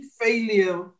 failure